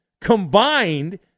Combined